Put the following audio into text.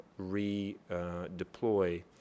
redeploy